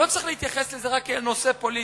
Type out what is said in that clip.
לא צריך להתייחס לזה רק כאל נושא פוליטי,